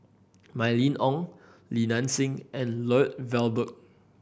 Mylene Ong Li Nanxing and Lloyd Valberg